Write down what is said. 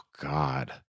God